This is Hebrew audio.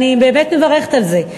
אני באמת מברכת על זה.